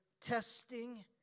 testing